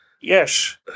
Yes